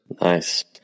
Nice